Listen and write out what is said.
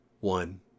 One